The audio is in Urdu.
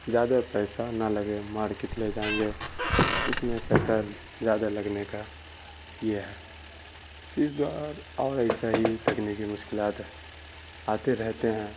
زیادہ پیسہ نہ لگے مارکٹ لے جائیں گے تو اس میں پیسہ زیادہ لگنے کا یہ ہے تو اس دور اور ایسا ہی تکنیکی مشکلات ہے آتے رہتے ہیں